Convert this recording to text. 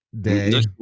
day